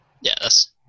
Yes